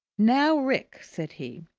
now, rick! said he.